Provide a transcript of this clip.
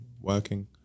working